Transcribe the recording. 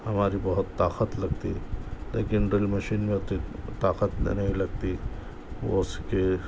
ہماری بہت طاقت لگتی لیکن ڈرل مشین میں اتی طاقت نہیں لگتی وہ اس کی